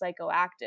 psychoactive